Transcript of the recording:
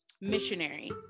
missionary